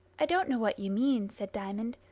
i don't know what you mean, said diamond,